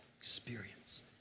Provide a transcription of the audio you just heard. experience